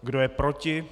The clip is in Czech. Kdo je proti?